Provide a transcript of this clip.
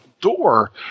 door